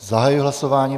Zahajuji hlasování.